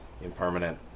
impermanent